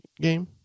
game